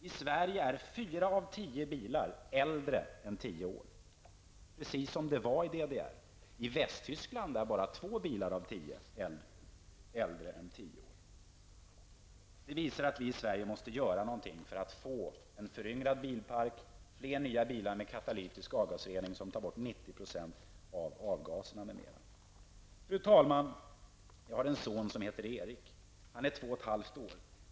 I Sverige är fyra av tio bilar äldre än 10 år, precis som det var i DDR. I Västtyskland är bara två bilar av tio äldre än 10 år. Det visar att vi i Sverige måste göra någonting för att få en föryngrad bilpark, fler bilar med katalytisk avgasrening som tar bort 90 % av de skadliga avgaserna. Fru talman! Jag har en son, Erik, som är två och ett halvt år.